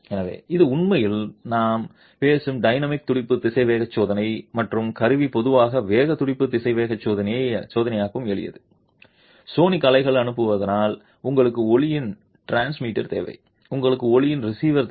எனவே இது உண்மையில் நாம் பேசும் டைனமிக் துடிப்பு திசைவேக சோதனை மற்றும் கருவி பொதுவாக வேக துடிப்பு திசைவேக சோதனைக்கு எளிது சோனிக் அலைகள் அனுப்பப்படுவதால் உங்களுக்கு ஒலியின் டிரான்ஸ்மிட்டர் தேவை உங்களுக்கு ஒலியின் ரிசீவர் தேவை